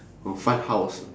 oh fun house